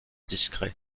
discret